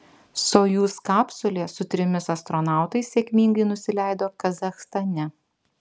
sojuz kapsulė su trimis astronautais sėkmingai nusileido kazachstane